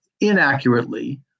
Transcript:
inaccurately